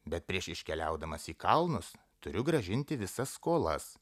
bet prieš iškeliaudamas į kalnus turiu grąžinti visas skolas